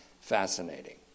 fascinating